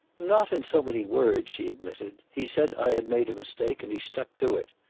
not in so many words, she admitted. he said i had made a mistake, and he stuck to it.